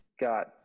got